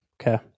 Okay